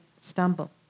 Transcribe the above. stumble